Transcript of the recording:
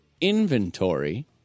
inventory